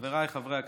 חבריי חברי הכנסת,